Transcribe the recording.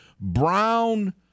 Brown